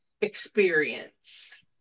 experience